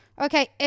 Okay